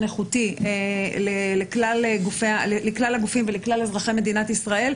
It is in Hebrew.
איכותי לכלל הגופים ולכלל אזרחי מדינת ישראל.